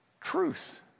truth